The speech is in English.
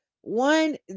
one